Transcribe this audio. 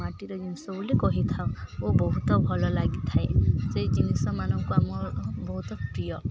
ମାଟିର ଜିନିଷ ବୋଲି କହିଥାଉ ଓ ବହୁତ ଭଲ ଲାଗିଥାଏ ସେଇ ଜିନିଷ ମାନଙ୍କୁ ଆମ ବହୁତ ପ୍ରିୟ